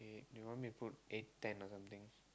e~ you want me to put eight ten or something